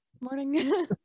morning